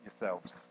yourselves